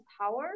power